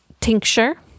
tincture